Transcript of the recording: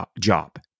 job